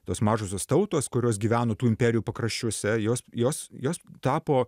tos mažosios tautos kurios gyveno tų imperijų pakraščiuose jos jos jos tapo